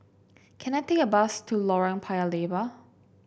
can I take a bus to Lorong Paya Lebar